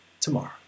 tomorrow